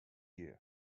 year